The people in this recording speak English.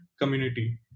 community